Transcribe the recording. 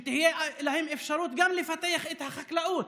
שתהיה להם אפשרות גם לפתח את החקלאות,